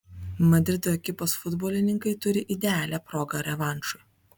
madrido ekipos futbolininkai turi idealią progą revanšui